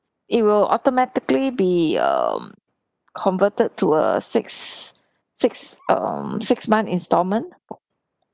it will automatically be um converted to a six six um six month instalment